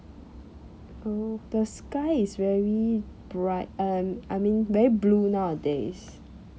oh the sky is very bright err I mean very blue nowadays